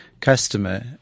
customer